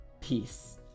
peace